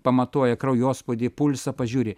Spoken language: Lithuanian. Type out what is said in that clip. pamatuoja kraujospūdį pulsą pažiūri